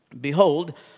behold